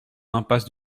impasse